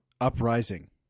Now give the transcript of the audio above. Uprising